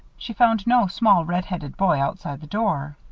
she found no small red-headed boy outside the door.